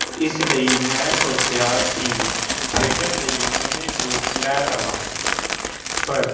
ਇਸ ਲਈ ਮੈਂ ਸੋਚਿਆ ਕਿ ਖੇਡਣ ਲਈ ਨਵੇਂ ਬੂਟ ਲੈ ਲਵਾਂ ਪਰ